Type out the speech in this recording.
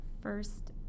first